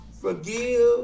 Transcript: forgive